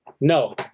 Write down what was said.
no